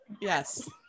Yes